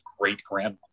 great-grandmother